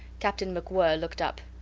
captain macwhirr looked up.